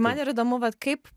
man yra įdomu vat kaip